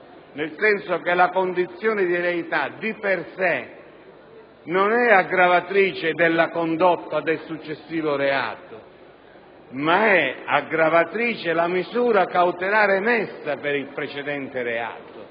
In sostanza, la condizione di reità di per sé non è aggravatrice della condotta del successivo reato ma lo è la misura cautelare emessa per il precedente reato.